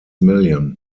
million